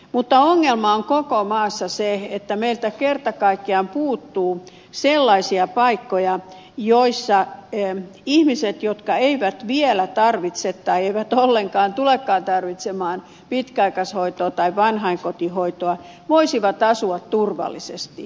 mutta ongelma on koko maassa se että meiltä kerta kaikkiaan puuttuu sellaisia paikkoja joissa ihmiset jotka eivät vielä tarvitse tai eivät ollenkaan tulekaan tarvitsemaan pitkäaikaishoitoa tai vanhainkotihoitoa voisivat asua turvallisesti